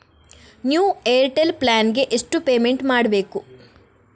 New Airtel plan ಗೆ ಎಷ್ಟು payment ಮಾಡ್ಬೇಕು?